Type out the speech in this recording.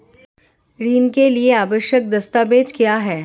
ऋण के लिए आवश्यक दस्तावेज क्या हैं?